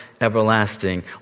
everlasting